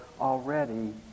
already